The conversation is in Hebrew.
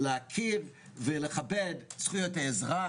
להכיר ולכבד את זכויות האזרח,